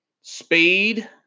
speed